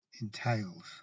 entails